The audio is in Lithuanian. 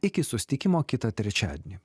iki susitikimo kitą trečiadienį